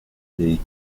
des